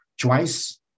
twice